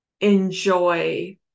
enjoy